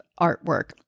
artwork